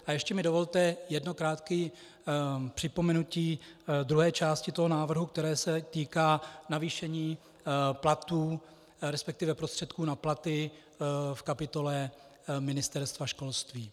A ještě mi dovolte jedno krátké připomenutí druhé části toho návrhu, která se týká navýšení platů, resp. prostředků na platy v kapitole Ministerstva školství.